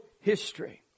history